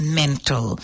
mental